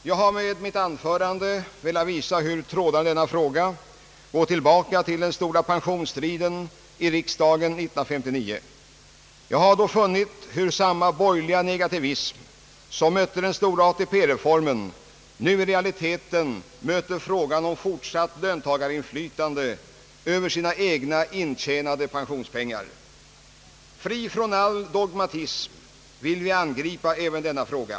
Jag har med mitt anförande velat visa hur trådarna i denna fråga går tillbaka till den stora pensionsstriden i riksdagen år 1959. Jag har då funnit hur samma borgerliga negativism som mötte den stora ATP-reformen nu i realiteten möter frågan om fortsatt löntagarinflytande över egna intjänade pensionspengar. Fria från all dogmatism vill vi angripa även denna fråga.